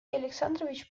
александрович